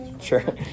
Sure